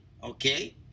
Okay